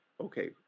okay